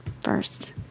First